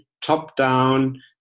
top-down